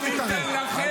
אל תתערב.